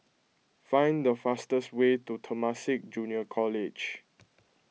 find the fastest way to Temasek Junior College